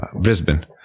Brisbane